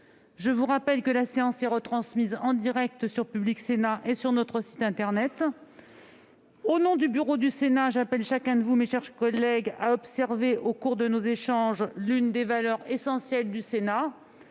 Je vous rappelle que la séance est retransmise en direct sur Public Sénat et sur notre site internet. Au nom du bureau du Sénat, j'appelle chacun de vous à observer, au cours de nos échanges, l'une des valeurs essentielles du Sénat